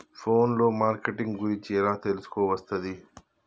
Phone లో marketing గురించి ఎలా తెలుసుకోవస్తది?